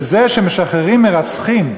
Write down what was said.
זה שמשחררים מרצחים.